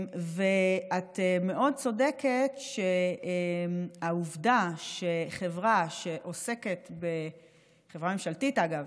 את מאוד צודקת שהעובדה שחברה, חברה ממשלתית, אגב,